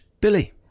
Billy